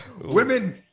women